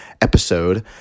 episode